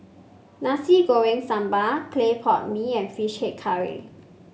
Nasi Goreng Sambal Clay Pot Mee and fish head curry